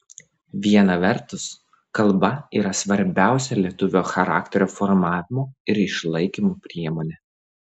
viena vertus kalba yra svarbiausia lietuvio charakterio formavimo ir išlaikymo priemonė